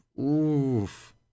Oof